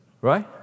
Right